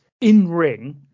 in-ring